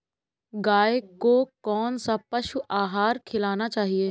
गाय को कौन सा पशु आहार खिलाना चाहिए?